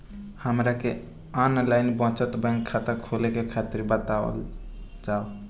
हमरा के online बचत बैंक खाता खोले के तरीका बतावल जाव?